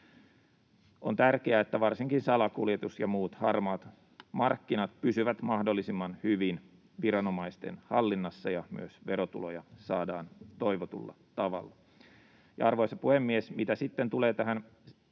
On tärkeää, että varsinkin salakuljetus ja muut harmaat markkinat pysyvät mahdollisimman hyvin viranomaisten hallinnassa ja myös verotuloja saadaan toivotulla tavalla. Arvoisa puhemies! Mitä sitten tulee tähän